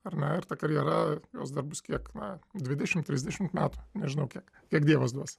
ar ne ir ta karjera jos dar bus kiek na dvidešimt trisdešimt metų nežinau kiek kiek dievas duos